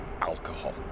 Alcohol